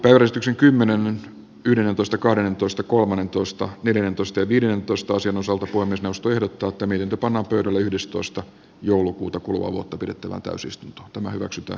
järistyksen kymmenen yhdentoista kahdentoista kohonen turusta yhdennentoista viidentoista sen osalta vuonna nostojen tuottaminen tapahtui yhdestoista joulukuuta pidettävään täysistunto hyväksytkö